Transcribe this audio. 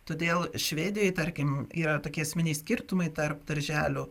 todėl švedijoj tarkim yra tokie esminiai skirtumai tarp darželių